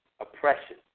oppression